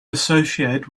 associate